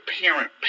parent